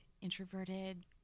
introverted